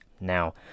Now